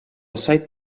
assai